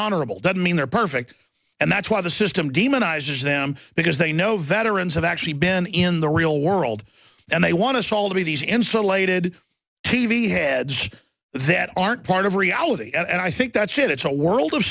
honorable doesn't mean they're perfect and that's why the system demonizes them because they know veterans have actually been in the real world and they want us all to be these insulated t v heads that aren't part of reality and i think that's it it's a world of